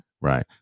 right